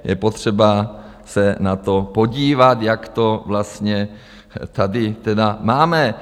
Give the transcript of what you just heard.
Je potřeba se na to podívat, jak to vlastně tady tedy máme.